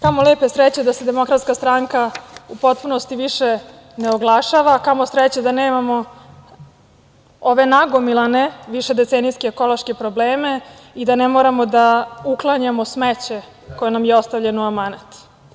Kamo lepe sreće da se Demokratska stranka u potpunosti više ne oglašava, kamo sreće da nemamo ove nagomilane, višedecenijske ekološke probleme i da ne moramo da uklanjamo smeće koje nam je ostavljeno u amanet.